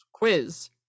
Quiz